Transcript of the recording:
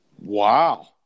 Wow